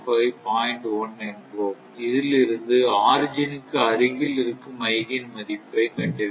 1 என்போம் இதில் இருந்து ஆர்ஜினுக்கு அருகில் இருக்கும் ஐகேன் மதிப்பை கண்டறிவீர்கள்